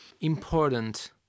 important